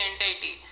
entity